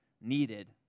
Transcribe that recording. needed